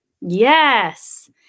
Yes